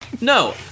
No